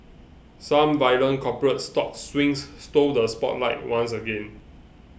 some violent corporate stock swings stole the spotlight once again